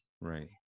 right